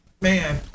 man